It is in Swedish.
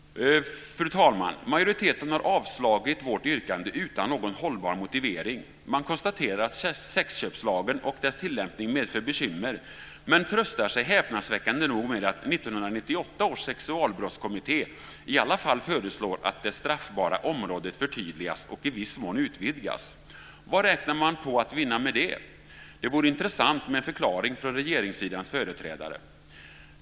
Fru talman! Majoriteten har avstyrkt vårt yrkande utan någon hållbar motivering. Man konstaterar att sexköpslagen och dess tillämpning medför bekymmer, men tröstar sig häpnadsväckande nog med att 1998 års sexualbrottskommitté i alla fall föreslår att det straffbara området förtydligas och i viss mån utvidgas. Vad räknar man med att vinna på det? Det vore intressant med en förklaring från regeringssidans företrädare.